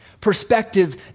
perspective